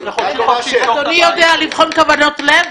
אדוני יודע לבחון כוונות לב?